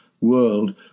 world